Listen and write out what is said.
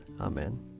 Amen